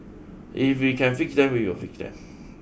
if we can fix them we will fix them